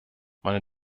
meine